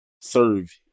serve